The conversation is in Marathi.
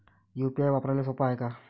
यू.पी.आय वापराले सोप हाय का?